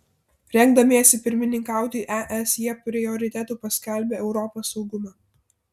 rengdamiesi pirmininkauti es jie prioritetu paskelbė europos saugumą